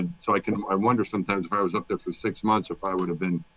and so i can. i wonder sometimes where i was up there for six months or if i would have been